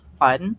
fun